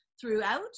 throughout